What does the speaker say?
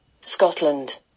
Scotland